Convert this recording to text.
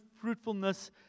fruitfulness